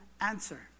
answer